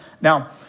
Now